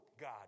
God